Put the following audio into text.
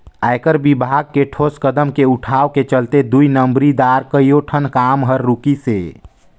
आयकर विभाग के ठोस कदम के उठाव के चलते दुई नंबरी दार कयोठन काम हर रूकिसे